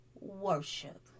worship